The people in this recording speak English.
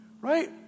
right